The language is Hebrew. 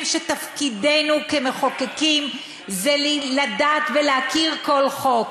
שתפקידנו כמחוקקים זה לדעת ולהכיר כל חוק.